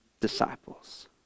disciples